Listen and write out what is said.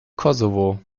kosovo